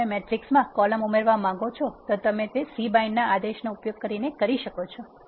જો તમે મેટ્રિક્સમાં કોલમ્સ ઉમેરવા માંગો છો તો તમે C bind આદેશનો ઉપયોગ કરીને કરી શકો છો